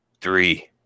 three